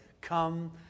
come